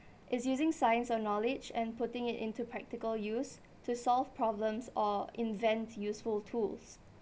is using science or knowledge and putting it into practical use to solve problems or invent useful tools